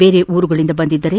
ಬೇರೆ ಊರುಗಳಿಂದ ಬಂದಿದ್ದರೆ